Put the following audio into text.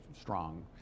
strong